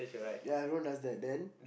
ya who does that then